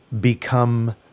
become